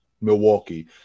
Milwaukee